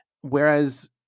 Whereas